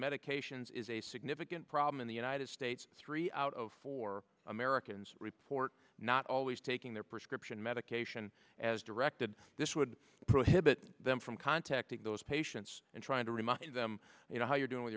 medications is a significant problem in the united states three out of four americans report not always taking their prescription medication as directed this would prohibit them from contacting those patients and trying to remind them you know how you're doing